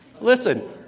Listen